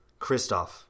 Kristoff